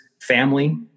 family